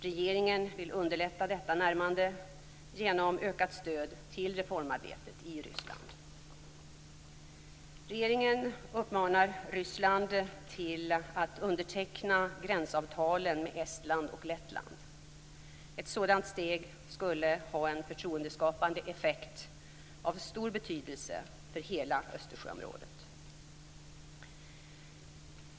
Regeringen vill underlätta detta närmande genom ökat stöd till reformarbetet i Ryssland. Regeringen uppmanar Ryssland att underteckna gränsavtalen med Estland och Lettland. Ett sådant steg skulle ha en förtroendeskapande effekt av stor betydelse för hela Östersjöområdet.